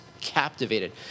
captivated